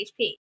HP